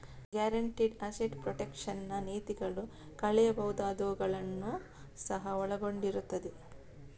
guaranteed asset protection ನ ನೀತಿಗಳು ಕಳೆಯಬಹುದಾದವುಗಳನ್ನು ಸಹ ಒಳಗೊಂಡಿರುತ್ತವೆ